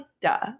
duh